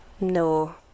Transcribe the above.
No